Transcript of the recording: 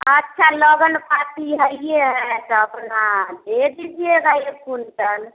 अच्छा लगन पाती हइए है तो अपना दे दीजिएगा एक कुंटल